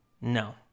No